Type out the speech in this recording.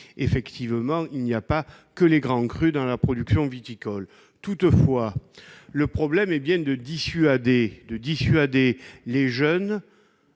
d'être dit, il n'y a pas que les grands crus dans la production viticole. Le problème est bien de dissuader les jeunes